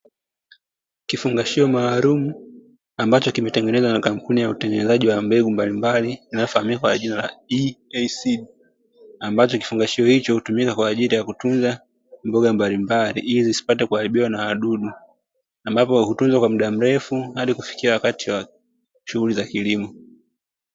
Kifungashio maalum ambacho kimetengenezwa na kampuni ya utengenezaji wa mbegu mbalimbali inayofahamika kwa jina la EASEED ambacho kifungashio hutumika kwa ajili ya kutunza mboga mbalimbali ili isipate kuharibiwa na wadudu, ambapo hutunzwa kwa muda mrefu hadi kufikia wakati wa shughuli za kilimo.